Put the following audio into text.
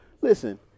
Listen